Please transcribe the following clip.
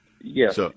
Yes